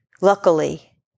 Luckily